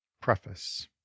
Preface